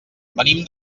venim